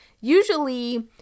usually